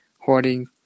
hoarding